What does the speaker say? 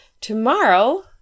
tomorrow